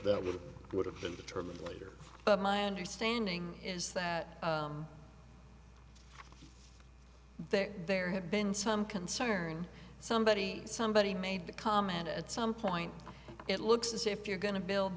that would would have been determined later but my understanding is that there there have been some concern somebody somebody made the comment at some point it looks as if you're going to build